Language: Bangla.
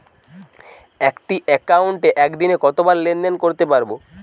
একটি একাউন্টে একদিনে কতবার লেনদেন করতে পারব?